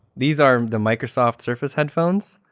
these are the microsoft surface headphones.